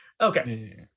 Okay